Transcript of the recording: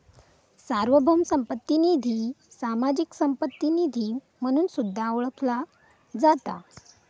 सार्वभौम संपत्ती निधी, सामाजिक संपत्ती निधी म्हणून सुद्धा ओळखला जाता